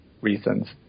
reasons